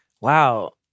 Wow